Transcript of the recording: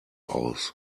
aus